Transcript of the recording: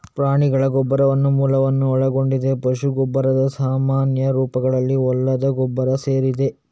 ಪ್ರಾಣಿಗಳ ಗೊಬ್ಬರವು ಮಲವನ್ನು ಒಳಗೊಂಡಿದ್ದು ಪಶು ಗೊಬ್ಬರದ ಸಾಮಾನ್ಯ ರೂಪಗಳಲ್ಲಿ ಹೊಲದ ಗೊಬ್ಬರ ಸೇರಿದೆ